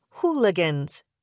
hooligans